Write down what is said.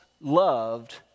loved